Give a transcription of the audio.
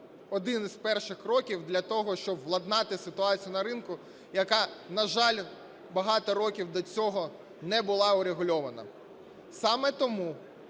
один з перших кроків для того, щоб владнати ситуацію на ринку, яка, на жаль, багато років до цього не була урегульована. Саме тому